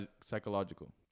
psychological